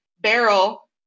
barrel